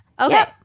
Okay